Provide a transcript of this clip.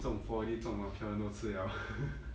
纵 four D 纵马票很多次 liao